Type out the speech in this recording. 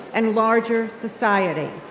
and larger society.